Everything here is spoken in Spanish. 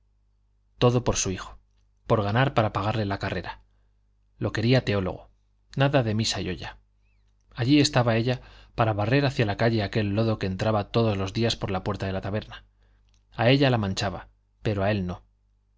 todo por su hijo por ganar para pagarle la carrera lo quería teólogo nada de misa y olla allí estaba ella para barrer hacia la calle aquel lodo que entraba todos los días por la puerta de la taberna a ella la manchaba pero a él no